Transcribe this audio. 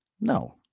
No